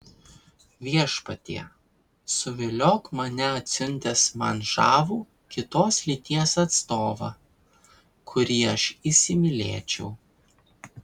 viešpatie suviliok mane atsiuntęs man žavų kitos lyties atstovą kurį aš įsimylėčiau